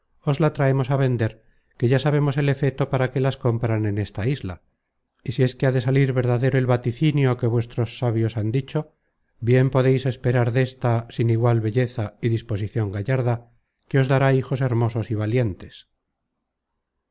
la traemos á vender que ya sabemos el efeto para que las compran en esta isla y si es que ha de salir verdadero el vaticinio que vuestros sabios han dicho bien podeis esperar desta sin igual belleza y disposicion gallarda que os dará hijos hermosos y valientes